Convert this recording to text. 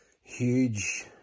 huge